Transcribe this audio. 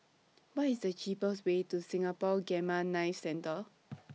What IS The cheapest Way to Singapore Gamma Knife Centre